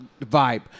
vibe